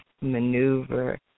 maneuver